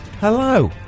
hello